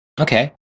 Okay